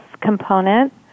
component